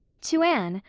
to anne,